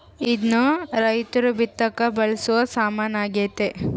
ಇದ್ನ ರೈರ್ತು ಬಿತ್ತಕ ಬಳಸೊ ಸಾಮಾನು ಆಗ್ಯತೆ